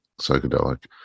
psychedelic